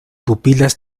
pupilas